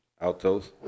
Alto's